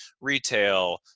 retail